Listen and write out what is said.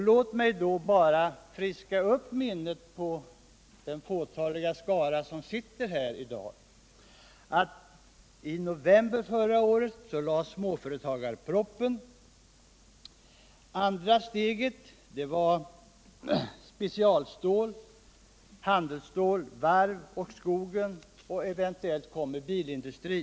Låt mig bara friska upp minnet på den fåtaliga skara som sitter här i dag. I november förra året framlades småföretagarpropositionen. Det andra steget gällde special och handelsstålet, varven och skogen, och eventuellt kommer det också att gälla bilindustrin.